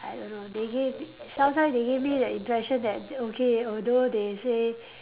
I don't know they gave sometime they give me the impression that okay although they say